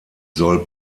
soll